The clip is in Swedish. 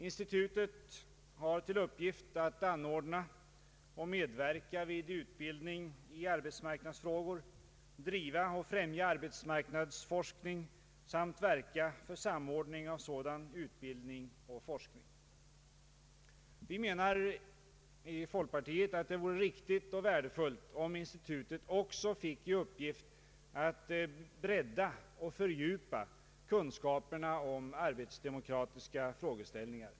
Institutet har till uppgift att anordna och medverka vid utbildning i arbetsmarknadsfrågor, driva och främja arbetsmarknadsforskning samt verka för samordning av sådan utbildning och forskning. Vi menar i folkpartiet att det vore riktigt och värdefullt om institutet också fick i uppgift att bredda och fördjupa kunskaperna om arbetsdemokratiska frågeställningar.